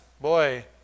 Boy